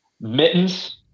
Mittens